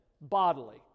bodily